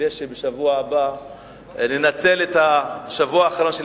כדי שבשבוע הבא ננצל את השבוע האחרון של